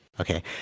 Okay